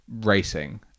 racing